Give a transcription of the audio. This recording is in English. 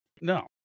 no